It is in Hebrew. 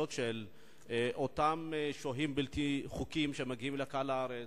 של אותם שוהים בלתי חוקיים שמגיעים לארץ.